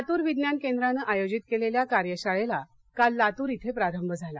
लातूर विज्ञान केंद्राने आयोजित केलेल्या कार्यशाळेस काल लातूर इथ प्रारंभ झाला